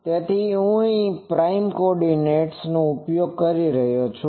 તેથી હું prime coordinates નો ઉપયોગ કરી રહ્યો છું